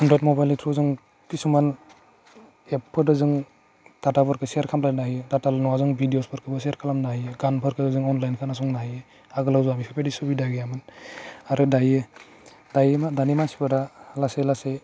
Android मबाइलनि ट्र जों किसुमान एपखौ जों डाटाफोरखौै सेयार खालामलायनो हायो डाटाल' नङा जों भिडिअसफोरखौ सेयार खालामनो हायो गानफोरखौ जों अनलाइन खोनासंनो हायो आगोलाव जों बेफोरबायदि सुबिदा गैयामोन आरो दायो दायो मा दानि मानसिफोरा लासै लासै